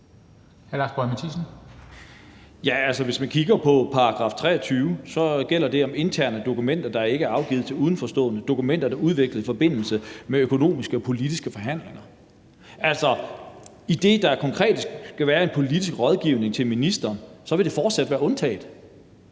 Hvis man kigger i § 23, gælder det for interne dokumenter, der ikke er afgivet til udenforstående, og dokumenter, der er udviklet i forbindelse med økonomiske og politiske forhandlinger. Altså, når der konkret skal være en politisk rådgivning af ministeren, vil det fortsat være undtaget.